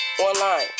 online